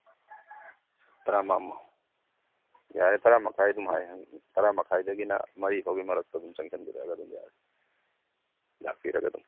ꯌꯥꯔꯦ ꯇꯔꯥ ꯃꯈꯥꯏ ꯑꯗꯨꯃꯥꯏ ꯇꯔꯥꯃꯈꯥꯏꯗꯒꯤꯅ ꯃꯔꯤ ꯐꯥꯎꯒꯤ ꯃꯔꯛꯇ ꯑꯗꯨꯝ ꯆꯪꯁꯤꯟꯕꯤꯔꯛꯑꯒ ꯑꯗꯨꯝ ꯌꯥꯔꯦ ꯂꯥꯛꯄꯤꯔꯒ ꯑꯗꯨꯝ